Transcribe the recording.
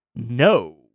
No